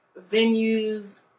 venues